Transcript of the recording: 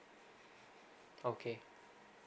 okay